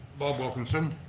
bob wilkinson,